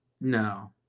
No